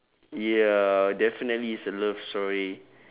ya definitely it's a love story